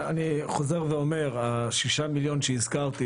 אני חוזר ואומר השישה מיליון שהזכרתי